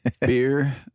Beer